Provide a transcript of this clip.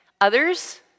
Others